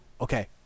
okay